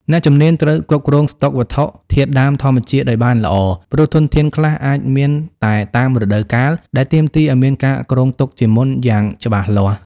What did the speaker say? អ្នកជំនាញត្រូវគ្រប់គ្រងស្តុកវត្ថុធាតុដើមធម្មជាតិឱ្យបានល្អ ព្រោះធនធានខ្លះអាចមានតែតាមរដូវកាល ដែលទាមទារឱ្យមានការគ្រោងទុកជាមុនយ៉ាងច្បាស់លាស់។